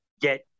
get